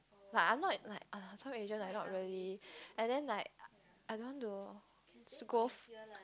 but I'm not like tour agent like not really and then like I don't want to go